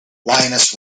lioness